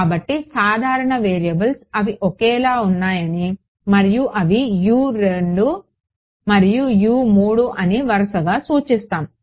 కాబట్టి సాధారణ వేరియబుల్స్ అవి ఒకేలా ఉన్నాయని మరియు అవి మరియు అని వరుసగా సూచిస్తాము